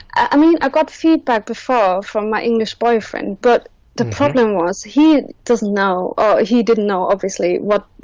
i mean, i got feedback before from my english boyfriend but the problem was he and doesn't know ah he didn't know obviously what